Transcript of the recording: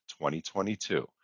2022